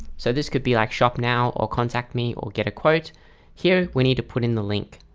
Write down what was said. so this could be like shock now or contact me or get a quote here we need to put in the link.